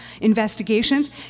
investigations